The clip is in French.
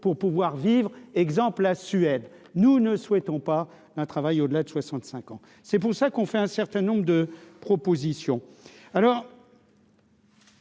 pour pouvoir vivre, exemple, la Suède, nous ne souhaitons pas d'un travail au-delà de 65 ans, c'est pour ça qu'on fait un certain nombre de propositions